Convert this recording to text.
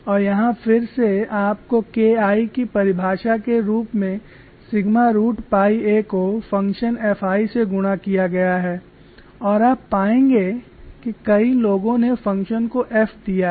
और यहाँ फिर से आपको K I की परिभाषा के रूप में सिग्मा रूट पाई a को फ़ंक्शन F I से गुणा किया गया है और आप पाएंगे कि कई लोगों ने फ़ंक्शन को F दिया है